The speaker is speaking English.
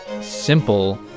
simple